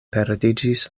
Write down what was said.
perdiĝis